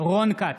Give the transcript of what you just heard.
רון כץ,